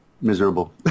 miserable